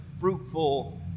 fruitful